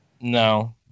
No